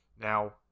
Now